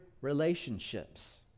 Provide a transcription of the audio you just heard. relationships